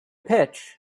pitch